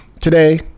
Today